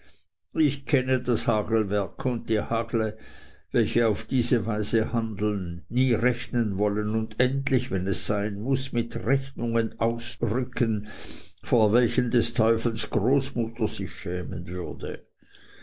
ich kenne das hagelwerk und die hagle welche auf diese weise handeln nie rechnen wollen und endlich wenn es sein muß mit rechnungen ausrücken vor welchen des teufels großmutter sich schämen würde